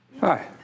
Hi